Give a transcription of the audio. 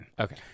Okay